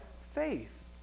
faith